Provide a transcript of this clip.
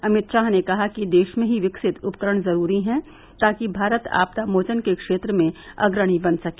अमित शाह ने कहा कि देश में ही विकसित उपकरण जरूरी है ताकि भारत आपदा मोचन के क्षेत्र में अग्रणी बन सके